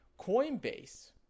Coinbase